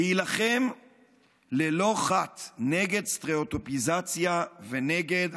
להילחם ללא חת נגד סטריאוטיפיזציה ונגד